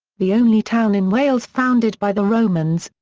the only town in wales founded by the romans,